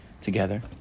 together